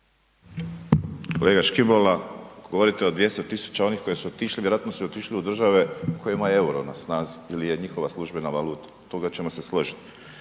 Kolega Škibola, govorite o 200 tisuća onih koji su otišli, vjerojatno su otišli u države koje imaju euro na snazi ili je njihova službena valuta, oko toga ćemo se složiti.